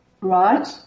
Right